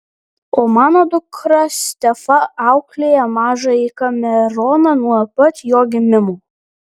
o mano dukra stefa auklėja mažąjį kameroną nuo pat jo gimimo